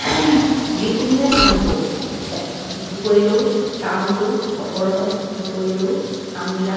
যিকোনোৱে কাম কৰোঁ ইটো কৰিলেও কামটো সফল হয় সেইটো কৰিলেও কামবিলাক